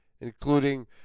including